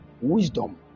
wisdom